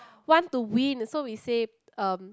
want to win so we say um